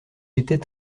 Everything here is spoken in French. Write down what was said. était